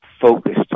focused